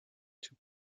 too